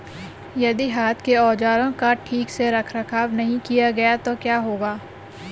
यदि हाथ के औजारों का ठीक से रखरखाव नहीं किया गया तो क्या होगा?